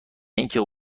اینه